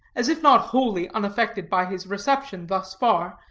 as if not wholly unaffected by his reception thus far,